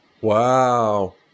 Wow